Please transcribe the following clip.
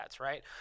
right